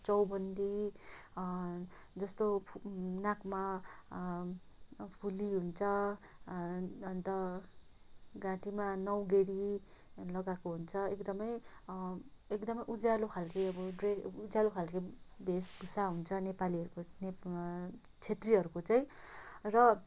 चौबन्दी जस्तो नाकमा फुली हुन्छ अन्त घाटीमा नौगेडी लगाएको हुन्छ एकदमै एकदमै उज्यालो खालको अब ड्रे उज्यालो खालको वेशभूषा हुन्छ नेपालीहरूको ने छेत्रीहरूको चाहिँ र